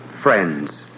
Friends